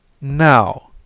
Now